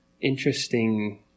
interesting